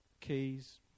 keys